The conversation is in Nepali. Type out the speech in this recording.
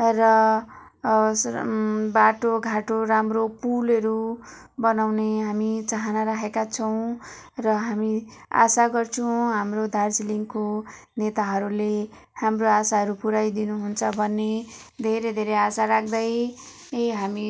र बाटो घाटो राम्रो पुलहरू बनाउने हामी चाहना राखेका छौँ र हामी आशा गर्छु हाम्रो दार्जिलिङको नेताहरूले हाम्रो आशाहरू पुऱ्याइदिनुहुन्छ भन्ने धेरै धेरै आशा राख्दै हामी